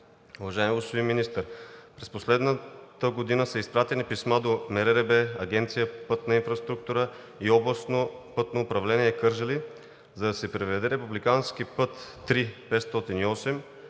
Уважаеми господин Министър, през последната година са изпратени писма до МРРБ, Агенция „Пътна инфраструктура“ и Областно пътно управление – Кърджали, за да се приведе републикански път III-508